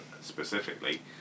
specifically